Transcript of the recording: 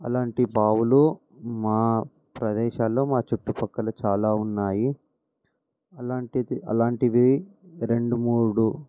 అలాంటి బావులు మా ప్రదేశాలలో మా చుట్టు ప్రక్కల చాలా ఉన్నాయి అలాంటిది అలాంటివి రెండు మూడు